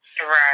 Right